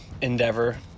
endeavor